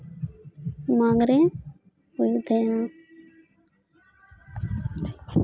ᱢᱟᱜᱽᱨᱮ ᱵᱟᱹᱧ ᱛᱟᱦᱮᱸᱱᱟ